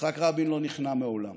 יצחק רבין לא נכנע מעולם.